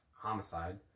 Homicide